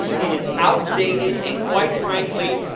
it is outdated, and quite frankly,